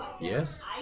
Yes